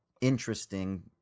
interesting